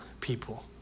people